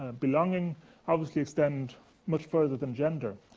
ah belonging obviously extend much further than gender.